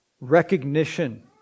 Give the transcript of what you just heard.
Recognition